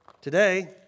Today